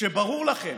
כשברור לכם